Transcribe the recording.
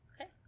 okay